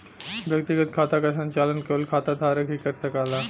व्यक्तिगत खाता क संचालन केवल खाता धारक ही कर सकला